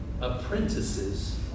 apprentices